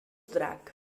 drac